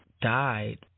died